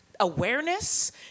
awareness